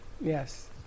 yes